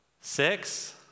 six